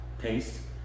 taste